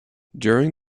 during